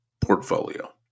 portfolio